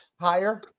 higher